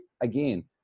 again